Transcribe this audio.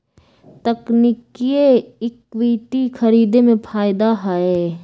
तकनिकिये इक्विटी खरीदे में फायदा हए